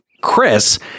Chris